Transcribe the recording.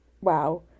Wow